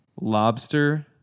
lobster